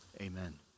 Amen